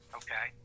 okay